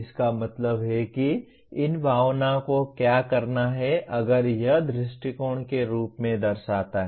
इसका मतलब है कि इन भावनाओं को क्या करना है अगर यह दृष्टिकोण के रूप में दर्शाता है